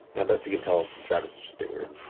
yeah best you can tell, travis is just being weird.